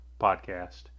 podcast